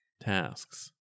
tasks